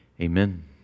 Amen